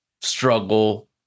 struggle